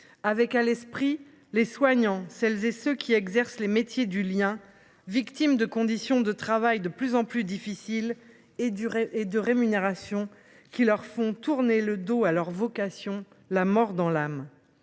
avons à l’esprit les soignants et celles et ceux qui exercent les métiers du lien, victimes de conditions de travail de plus en plus difficiles et de rémunérations qui leur font tourner le dos à leur vocation, la mort dans l’âme.